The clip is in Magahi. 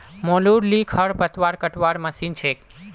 मोलूर ली खरपतवार कटवार मशीन छेक